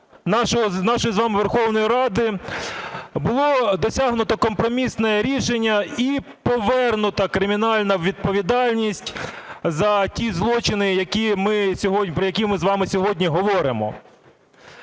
нашої з вами Верховної Ради було досягнуто компромісне рішення і повернута кримінальна відповідальність за ті злочини, про які ми з вами сьогодні говоримо.